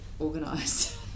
organised